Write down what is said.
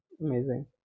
Amazing